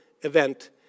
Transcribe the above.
event